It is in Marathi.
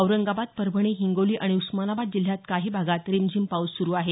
औरंगाबाद परभणी हिंगोली आणि उस्मानाबाद जिल्ह्यात काही भागात रिमझिम पाऊस सुरू आहे